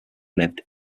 lived